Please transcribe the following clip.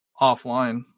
offline